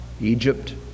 Egypt